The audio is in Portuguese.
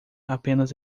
apenas